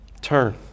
Turn